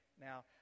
now